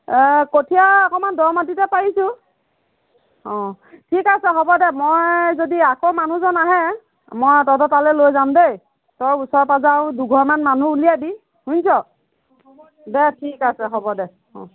কঠীয়া অকণমান দ মাটিতে পাৰিছোঁ অঁ ঠিক আছে হ'ব দে মই যদি আকৌ মানুহজন আহে মই তহঁতৰ তালৈ লৈ যাম দেই তই ওচৰ পাঁজৰ আৰু দুঘৰমান মানুহ উলিয়াবি শুনিছ দে ঠিক আছে হ'ব দে অঁ